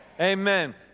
amen